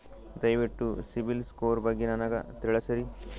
ದಯವಿಟ್ಟು CIBIL score ಬಗ್ಗೆ ನನಗ ತಿಳಸರಿ?